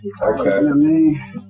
Okay